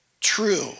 true